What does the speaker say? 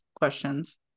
questions